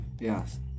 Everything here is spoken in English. Yes